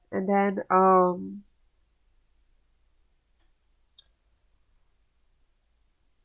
and then um